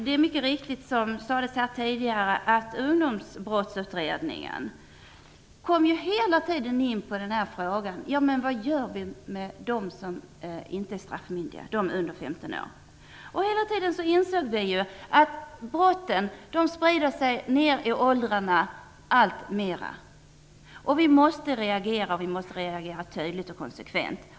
Det är riktigt, som har sagts här tidigare, att Ungdomsbrottsutredningen hela tiden kom in på frågan vad vi gör med icke straffmyndiga under 15 års ålder. Vi insåg att brottsligheten alltmer sprider sig nedåt i åldrarna. Vi måste reagera mot detta med tydlighet och konsekvens.